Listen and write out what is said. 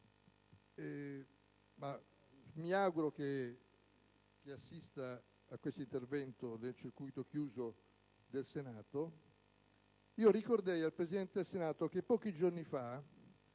mi auguro che assista a questo intervento tramite circuito chiuso del Senato - ricorderei al Presidente del Senato che pochi giorni fa,